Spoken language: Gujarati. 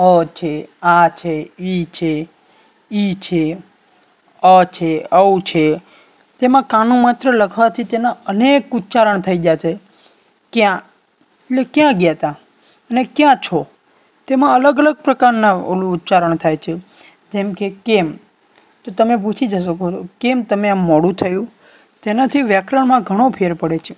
અ છે આ છે ઇ છે ઈ છે અ છે ઔ છે તેમાં કાનો માતર લખવાથી તેના અનેક ઉચ્ચારણ થઇ ગયા છે કયાં એટલે કયાં ગયા હતા અને કયાં છો તેમા અલગ અલગ પ્રકારના ઓલું ઉચ્ચારણ થાય છે જેમકે કેમ તો તમે પૂછી જજો શકો છો કેમ તમે આમ મોડું થયું જેનાથી વ્યાકરણમાં ઘણો ફેર પડે છે